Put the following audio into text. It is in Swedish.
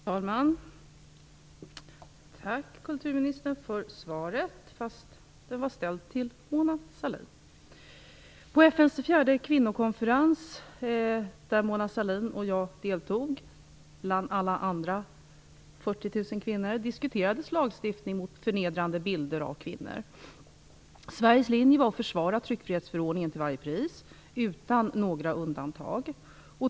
Fru talman! Tack för svaret, kulturministern, fast frågan var ställd till Mona Sahlin. På FN:s fjärde kvinnokonferens, där Mona Sahlin och jag deltog bland 40 000 andra kvinnor, diskuterades lagstiftning mot förnedrande bilder av kvinnor. Sveriges linje var att till varje pris försvara tryckfrihetsförordningen utan några undantag.